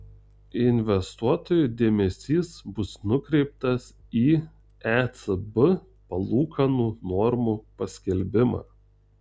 investuotojų dėmesys bus nukreiptas į ecb palūkanų normų paskelbimą